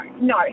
no